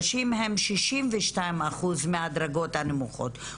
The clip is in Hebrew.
נשים הן 62% מהדרגות הנמוכות,